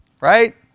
right